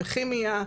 בכימיה,